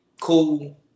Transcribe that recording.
cool